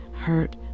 hurt